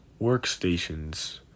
workstations